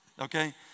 Okay